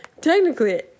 technically